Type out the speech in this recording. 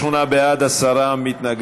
להשגת יעדי התקציב) (תיקון,